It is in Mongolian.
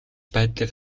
байдлыг